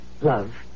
love